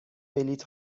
بلیط